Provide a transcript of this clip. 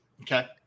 Okay